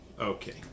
Okay